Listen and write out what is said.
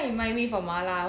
eh next time remind me for mala